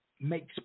makes